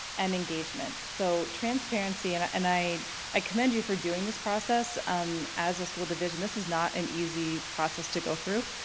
and engagements. so transparency, and and i i commend you for doing this process um as a school division, this is not an easy process to go through,